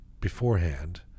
beforehand